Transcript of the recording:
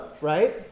right